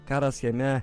karas jame